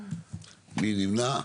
מי נמנע?